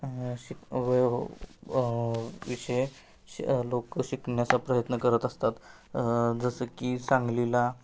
शिक विषय लोकं शिकण्याचा प्रयत्न करत असतात जसं की सांगलीला